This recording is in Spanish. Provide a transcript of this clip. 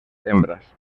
hembras